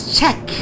check